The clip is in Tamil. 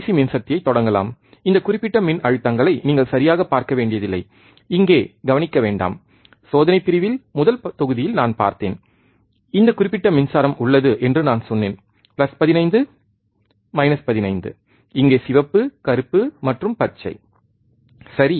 சி மின்சக்தியைத் தொடங்கலாம் இந்த குறிப்பிட்ட மின்னழுத்தங்களை நீங்கள் சரியாகப் பார்க்க வேண்டியதில்லை இதைக் கவனிக்க வேண்டாம் சோதனைப் பிரிவில் முதல் தொகுதியில் நான் பார்த்தேன் இந்த குறிப்பிட்ட மின்சாரம் உள்ளது என்று நான் சொன்னேன் பிளஸ் 15 கழித்தல் 15 இங்கே சிவப்பு கருப்பு மற்றும் பச்சை சரி